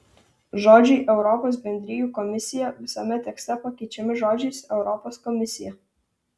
žodžiai europos bendrijų komisija visame tekste pakeičiami žodžiais europos komisija